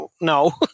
no